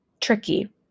Tricky